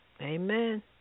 Amen